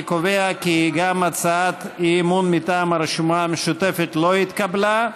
אני קובע כי גם הצעת האי-אמון מטעם הרשימה המשותפת לא התקבלה.